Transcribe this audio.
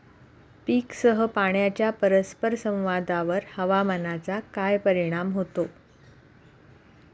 पीकसह पाण्याच्या परस्पर संवादावर हवामानाचा काय परिणाम होतो?